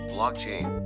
Blockchain